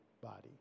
body